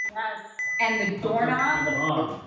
yes. and the doorknob but um